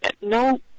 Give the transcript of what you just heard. no